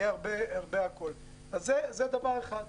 זה דבר אחד.